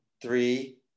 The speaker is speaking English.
three